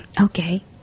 Okay